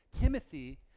Timothy